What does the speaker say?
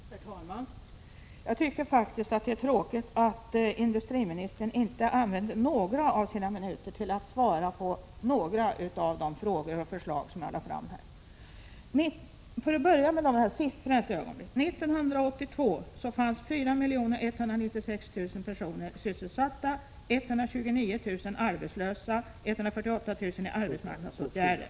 Herr talman! Jag tycker faktiskt det är tråkigt att industriministern inte använder några av sina minuter till att svara på de frågor och förslag som jag förde fram. Jag vill börja med siffrorna. 148 000 i arbetsmarknadsåtgärder.